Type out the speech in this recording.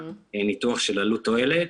ניתוח של עלות-תועלת.